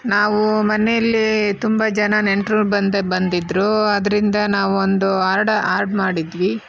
ನಾವು ಮನೆಯಲ್ಲಿ ತುಂಬ ಜನ ನೆಂಟರು ಬಂದು ಬಂದಿದ್ರು ಅದ್ರಿಂದ ನಾವೊಂದು ಆರ್ಡ ಆರ್ಡ್ ಮಾಡಿದ್ವಿ